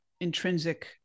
intrinsic